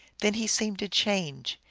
then he seemed to change.